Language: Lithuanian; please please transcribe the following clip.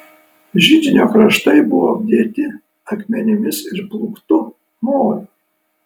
židinio kraštai buvo apdėti akmenimis ir plūktu moliu